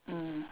mm